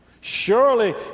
Surely